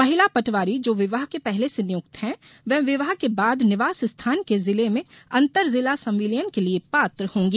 महिला पटवारी जो विवाह के पहले से नियुक्त हैं वे विवाह के बाद निवास स्थान के जिले में अंतर जिला संविलियन के लिये पात्र होंगी